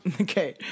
Okay